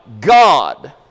God